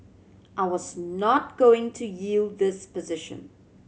I was not going to yield this position